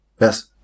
Yes